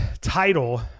title